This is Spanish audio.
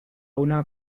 una